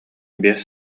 биэс